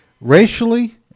Racially